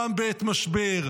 גם בעת משבר,